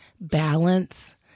balance